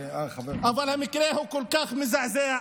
אבל המקרה הוא כל כך מזעזע,